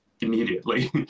immediately